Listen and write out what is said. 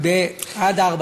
עד איזו שעה הם ישבו?